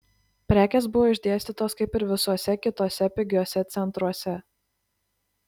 prekės buvo išdėstytos kaip ir visuose kituose pigiuose centruose